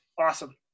Awesome